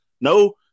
No –